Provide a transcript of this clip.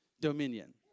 dominion